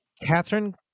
Catherine